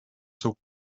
zog